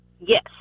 Yes